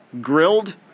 grilled